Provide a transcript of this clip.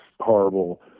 horrible